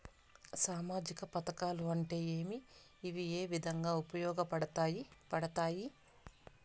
సామాజిక పథకాలు అంటే ఏమి? ఇవి ఏ విధంగా ఉపయోగపడతాయి పడతాయి?